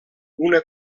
una